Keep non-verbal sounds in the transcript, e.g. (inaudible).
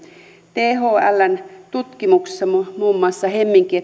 thln tutkimuksessa muun muun muassa hemminki (unintelligible)